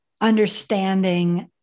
understanding